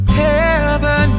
heaven